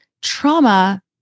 trauma